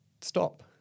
stop